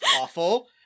awful